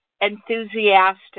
enthusiastic